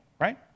right